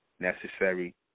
Necessary